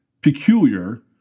peculiar